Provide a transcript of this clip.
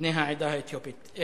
בני העדה האתיופית.